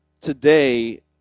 today